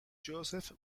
josep